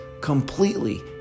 completely